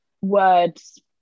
words